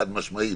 חד-משמעית,